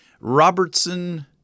Robertson